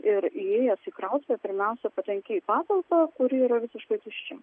ir įėjęs į krautuvę pirmiausia patenki į patalpą kuri yra visiškai tuščia